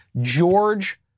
George